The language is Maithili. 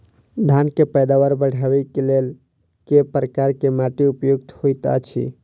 धान केँ पैदावार बढ़बई केँ लेल केँ प्रकार केँ माटि उपयुक्त होइत अछि?